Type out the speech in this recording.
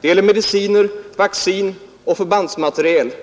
Det gäller mediciner, vaccin, förbandsmateriel och blodplasma.